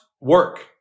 work